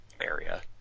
area